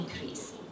increase